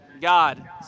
God